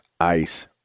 ice